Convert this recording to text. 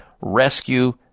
rescue